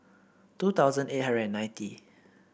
two thousand eight hundred and ninety